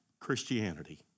Christianity